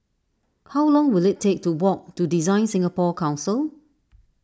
how long will it take to walk to Design Singapore Council